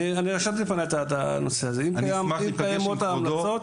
אני רשמתי לפני את הנושא הזה, אם קיימות ההמלצות.